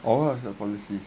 oh what is the policy